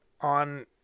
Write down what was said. on